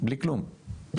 בלי כלום.